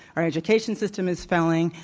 our education system is failing,